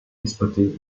exploitée